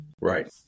Right